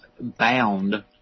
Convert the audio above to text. bound